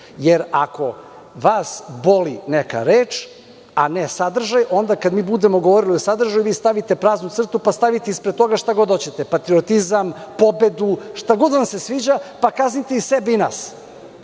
Jer, ako vas boli neka reč, a ne sadržaj, onda kada budemo govorili o sadržaju stavite praznu crtu pa ispred toga stavite šta god hoćete, patriotizam, pobedu, šta god vam se sviđa, pa kaznite i sebe i